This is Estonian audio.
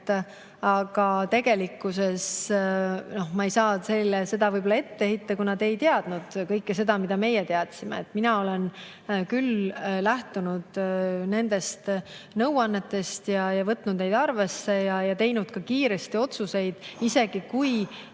Aga tegelikkuses ma ei saa teile seda ette heita, kuna te ei teadnud kõike, mida meie teadsime. Mina olen küll lähtunud nendest nõuannetest, võtnud neid arvesse ja teinud ka kiiresti otsuseid, isegi kui